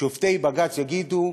שופטי בג"ץ יגידו: